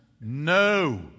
No